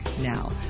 Now